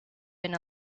been